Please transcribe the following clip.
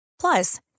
Plus